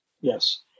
Yes